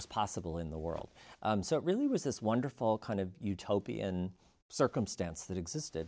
was possible in the world so it really was this wonderful kind of utopian circumstance that existed